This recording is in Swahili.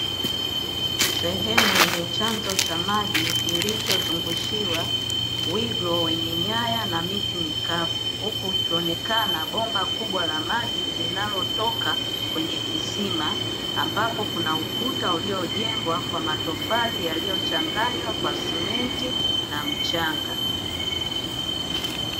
Sehemu yenye chanzo cha maji kilichozungushiwa wigo wenye nyaya na miti mikavu, huku likionekana bomba kubwa la maji linalotoka kwenye kisima, ambapo kuna ukuta uliojengwa kwa matofali yaliyochanganywa kwa simenti na mchanga.